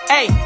Hey